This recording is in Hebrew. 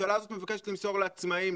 שהממשלה הזאת מבקשת למסור לעצמאים,